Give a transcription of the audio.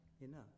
enough